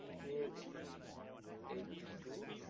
page eighty two,